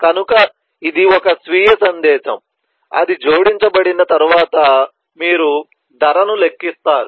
కనుక ఇది ఒక స్వీయ సందేశం అది జోడించబడిన తర్వాత మీరు ధరను లెక్కిస్తారు